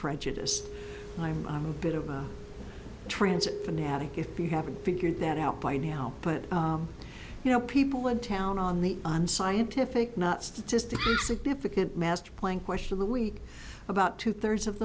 prejudice and i'm i'm a bit of a transit fanatic if you haven't figured that out by now but you know people in town on the unscientific not statistically significant masterplan question of the week about two thirds of